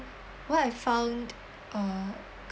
what I found uh